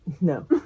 no